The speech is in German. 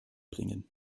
bringen